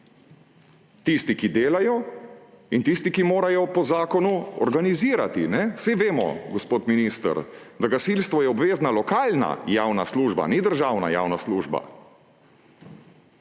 Tisti, ki delajo, in tisti, ki morajo po zakonu organizirati. Saj vemo, gospod minister, da je gasilstvo obvezna lokalna javna služba, ni državna javna služba.